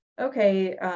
okay